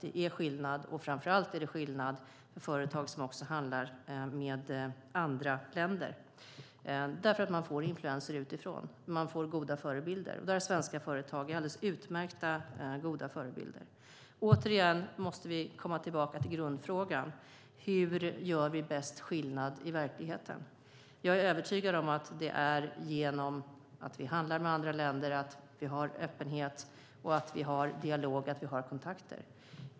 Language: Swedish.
Det är skillnad, framför allt när det gäller företag som handlar med andra länder, för man får influenser och goda förebilder utifrån. Svenska företag är utmärkt goda förebilder. Återigen måste vi komma tillbaka till grundfrågan: Hur gör vi bäst skillnad i verkligheten? Jag är övertygad om att det är genom att vi handlar med andra länder, genom att vi har öppenhet och genom att vi har dialog och kontakter.